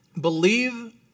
believe